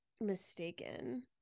mistaken